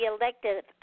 elected